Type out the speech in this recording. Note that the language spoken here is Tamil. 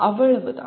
அவ்வளவு தான்